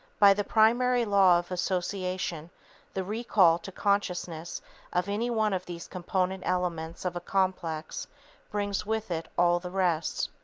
by the primary law of association the recall to consciousness of any one of these component elements of a complex brings with it all the rest.